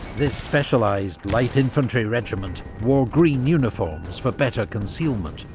this specialised light infantry regiment wore green uniforms for better concealment,